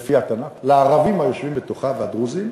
לפי התנ"ך, לערבים היושבים בתוכה והדרוזים,